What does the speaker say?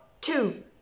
two